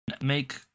make